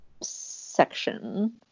section